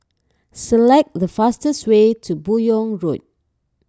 select the fastest way to Buyong Road